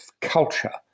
culture